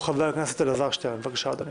חבר הכנסת אלעזר שטרן, בבקשה, אדוני.